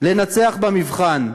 לנצח במבחן.